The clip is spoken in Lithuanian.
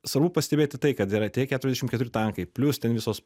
svarbu pastebėti tai kad yra tie keturiasdešimt keturi tankai plius ten visos